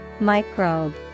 Microbe